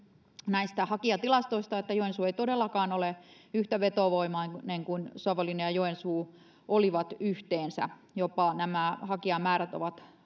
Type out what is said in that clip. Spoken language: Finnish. näistä hakijatilastoista että joensuu ei todellakaan ole yhtä vetovoimainen kuin savonlinna ja joensuu olivat yhteensä jopa nämä hakijamäärät ovat